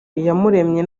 iyamuremye